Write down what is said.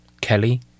Kelly